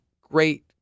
great